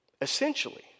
Essentially